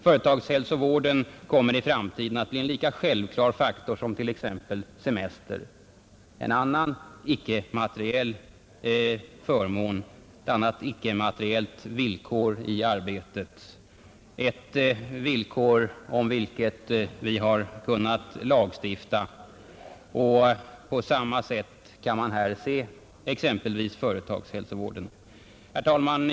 Företagshälsovården kommer i framtiden att bli en lika självklar faktor som t.ex. semester, ett annat icke-materiellt villkor i arbetet om vilket vi har kunnat lagstifta. Man kan se företagshälsovården på samma sätt. Herr talman!